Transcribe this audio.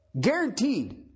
Guaranteed